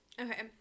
Okay